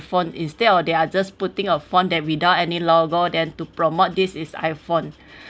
iphone instead of they're just a phone that without any logo than to promote this is iphone